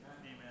Amen